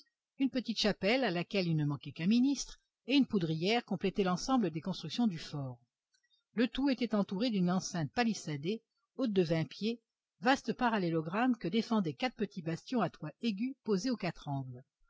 une petite chapelle à laquelle il ne manquait qu'un ministre et une poudrière complétaient l'ensemble des constructions du fort le tout était entouré d'une enceinte palissadée haute de vingt pieds vaste parallélogramme que défendaient quatre petits bastions à toit aigu posés aux quatre angles